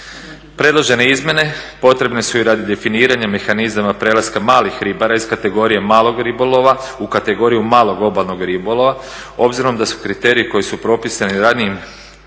Predložene izmjene potrebne su i radi definiranja mehanizama prelaska malih ribara iz kategorije malog ribolova u kategoriju malog obalnog ribolova obzirom da su kriteriji koji su propisani ranijim pravnim